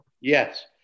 Yes